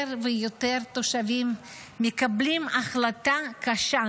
יותר ויותר תושבים מקבלים החלטה קשה,